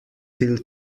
till